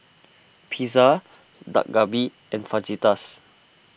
Pizza Dak Galbi and Fajitas